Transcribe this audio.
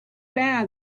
bad